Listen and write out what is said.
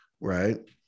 right